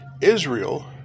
Israel